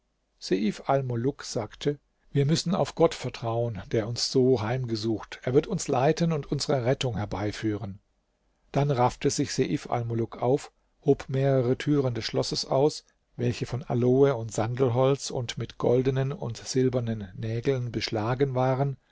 sagte wir müssen auf gott vertrauen der uns so heimgesucht er wird uns leiten und unsere rettung herbeiführen dann raffte sich seif almuluk auf hob mehrere türen des schlosses aus welche von aloe und sandelholz und mit goldenen und silbernen nägeln beschlagen waren